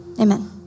Amen